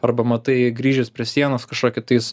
arba matai grįžęs prie sienos kažkokį tais